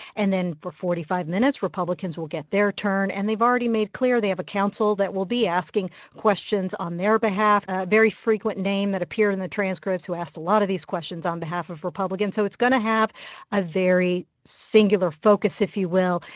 and then for forty five minutes, republicans will get their turn, and they've already made clear they have a counsel that will be asking questions on their behalf, a very frequent name that appeared in the transcripts who asked a lot of these questions on behalf of republicans so it's going to have a very singular focus, if you will.